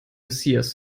messias